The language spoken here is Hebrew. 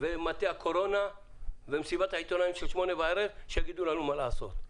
ומטה הקורונה יצאו למסיבת העיתונים של שמונה בערב יגידו לנו מה לעשות?